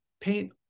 paint